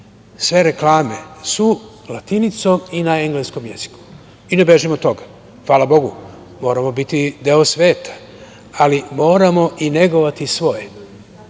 sve reklame su latinicom i na engleskom jeziku. Ne bežim od toga. Bogu hvala, moramo biti deo sveta, ali moramo i negovati svoje.